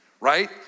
right